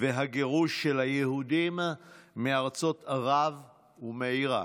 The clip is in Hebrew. והגירוש של היהודים מארצות ערב ומאיראן.